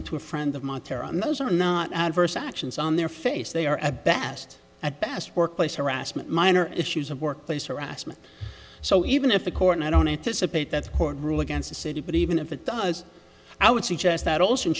into a friend of mine terror on those are not adverse actions on their face they are at best at best workplace harassment minor issues of workplace harassment so even if a court i don't anticipate that court rule against the city but even if it does i would suggest that also